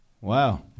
Wow